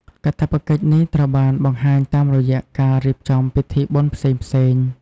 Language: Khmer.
កាតព្វកិច្ចនេះត្រូវបានបង្ហាញតាមរយៈការរៀបចំពិធីបុណ្យផ្សេងៗ។